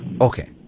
Okay